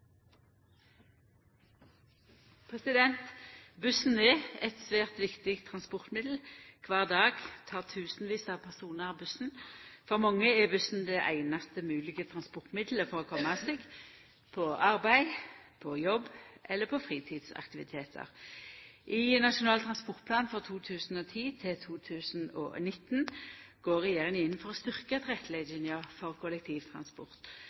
eit svært viktig transportmiddel. Kvar dag tek tusenvis av personar bussen. For mange er bussen det einaste moglege transportmiddel for å koma seg på skule, på jobb eller på fritidsaktivitetar. I Nasjonal transportplan for 2010–2019 går regjeringa inn for å styrkja tilrettelegginga for kollektivtransport.